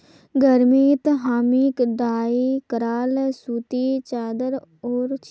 गर्मीत हामी डाई कराल सूती चादर ओढ़ छि